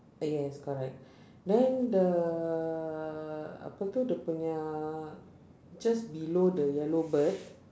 yes correct then the apa tu dia punya just below the yellow bird